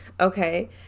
Okay